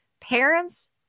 parents